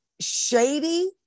shady